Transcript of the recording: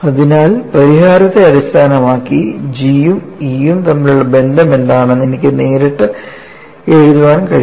അതിനാൽ പരിഹാരത്തെ അടിസ്ഥാനമാക്കി G യും E യും തമ്മിലുള്ള ബന്ധം എന്താണെന്ന് എനിക്ക് നേരിട്ട് എഴുതാൻ കഴിയും